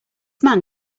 man